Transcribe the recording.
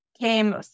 Came